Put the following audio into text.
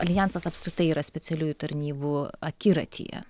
aljansas apskritai yra specialiųjų tarnybų akiratyje